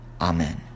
amen